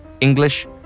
English